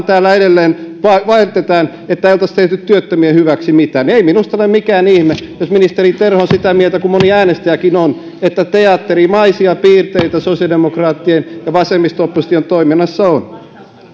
täällä edelleen väitetään ettei oltaisi tehty työttömien hyväksi mitään ei minusta ole mikään ihme jos ministeri terho on sitä mieltä kuin moni äänestäjäkin on että teatterimaisia piirteitä sosiaalidemokraattien ja vasemmisto opposition toiminnassa on